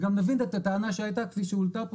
וגם נבין את הטענה שהיתה כפי שהועלתה פה